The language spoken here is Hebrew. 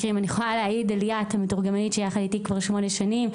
אני יכולה להעיד על ליאת המתורגמנית שלי שיחד איתי כבר שמונה שנים,